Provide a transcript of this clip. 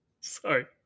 Sorry